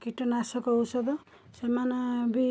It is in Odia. କୀଟନାଶକ ଔଷଧ ସେମାନେ ବି